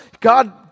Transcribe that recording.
God